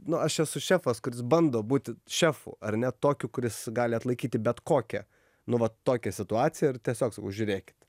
nu aš esu šefas kuris bando būti šefu ar ne tokiu kuris gali atlaikyti bet kokią nu vat tokią situaciją ir tiesiog sakau žiūrėkit